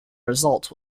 result